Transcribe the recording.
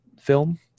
film